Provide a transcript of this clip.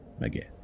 again